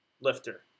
lifter